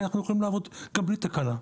אנחנו יכולים לעבוד גם בלי תקנה.